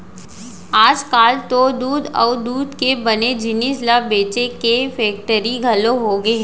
आजकाल तो दूद अउ दूद के बने जिनिस ल बेचे के फेक्टरी घलौ होगे हे